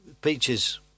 Peaches